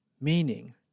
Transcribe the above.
Meaning